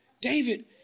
David